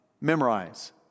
Memorize